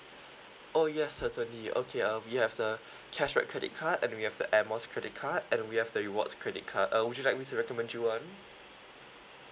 oh yes certainly okay um we have the cashback credit card and we have the air miles credit card and we have the rewards credit card uh would you like me to recommend you one